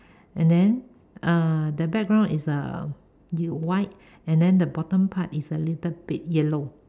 and then uh the background is uh y~ white and then the bottom part is a little bit yellow